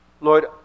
Lord